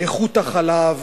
איכות החלב,